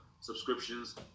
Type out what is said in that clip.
subscriptions